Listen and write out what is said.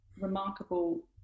remarkable